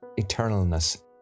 eternalness